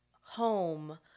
home